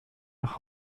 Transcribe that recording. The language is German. nach